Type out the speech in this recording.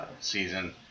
season